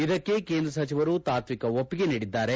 ಇದಕ್ಕೆ ಕೇಂದ್ರ ಸಚಿವರು ತಾತ್ವಿಕ ಒಪ್ಪಿಗೆ ನೀಡಿದ್ದಾರೆ